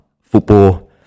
Football